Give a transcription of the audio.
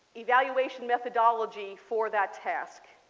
evaluation methodology for that task.